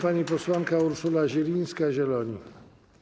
Pani posłanka Urszula Zielińska, Zieloni.